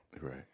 Right